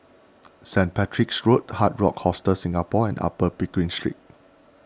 Saint Patrick's Road Hard Rock Hostel Singapore and Upper Pickering Street